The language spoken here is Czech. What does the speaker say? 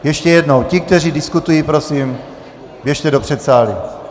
Ještě jednou, ti, kteří diskutují, prosím, běžte do předsálí.